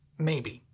maybe.